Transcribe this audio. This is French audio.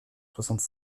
soixante